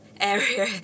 area